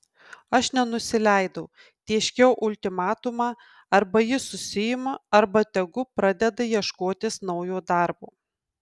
aš nenusileidau tėškiau ultimatumą arba jis susiima arba tegu pradeda ieškotis naujo darbo